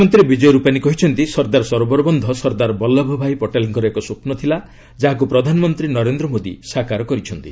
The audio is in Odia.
ମୁଖ୍ୟମନ୍ତ୍ରୀ ବିକୟ ରୁପାନି କହିଛନ୍ତି ସର୍ଦ୍ଦାର ସରୋବର ବନ୍ଧ ସର୍ଦ୍ଦାର ବଲ୍ଲଭବାଇ ପଟେଲ୍ଙ୍କର ଏକ ସ୍ୱପ୍ନ ଥିଲା ଯାହାକୁ ପ୍ରଧାନମନ୍ତ୍ରୀ ନରେନ୍ଦ୍ର ମୋଦି ସାକାର କରିଛନ୍ତି